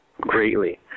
greatly